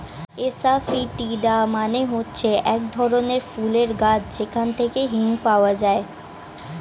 asafoetida মানে হচ্ছে এক ধরনের ফুলের গাছ যেখান থেকে হিং পাওয়া যায়